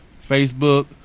Facebook